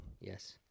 Yes